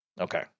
Okay